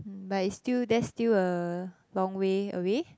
hmm but is still that's still a long way away